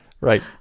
Right